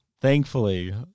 thankfully